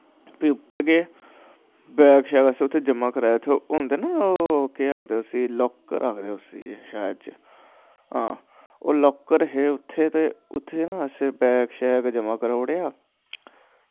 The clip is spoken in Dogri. फ्ही उप्पर गे बैग शैग जमां करवाए उत्थें केह् आखदे लॉक्कर आखदे उसी शायद च हां लॉकर हे उत्थें ते असैं बैग शैग जमां कराई ओड़ेआ